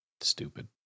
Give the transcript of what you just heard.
Stupid